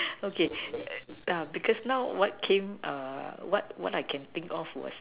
okay err because now what came err what what I can think of was